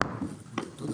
הישיבה ננעלה בשעה 12:26.